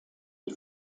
die